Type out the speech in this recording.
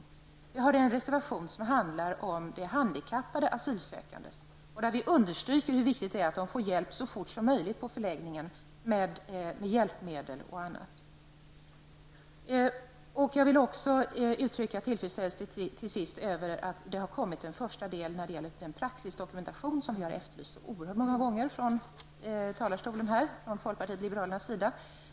En av våra reservationer handlar om de handikappade asylsökandes situation. Vi understryker vikten av att de så fort som möjligt på förläggningen får handikapphjälpmedel och annat som de kan behöva. Låt mig till sist uttrycka tillfredsställelse över att den första delen av den praxisdokumentation som vi har efterlyst så många gånger äntligen har kommit.